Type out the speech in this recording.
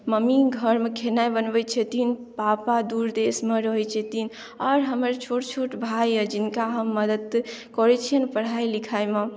mummy घरमे खेनाइ बनबै छथिन पापा दुर देशमे रहै छथिन आओर हमर छोट छोट भाय यऽ जिनका हम मदद करै छियनि पढ़ाई लिखाई मे